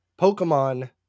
Pokemon